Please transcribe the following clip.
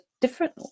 different